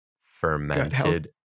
fermented